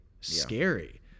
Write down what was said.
scary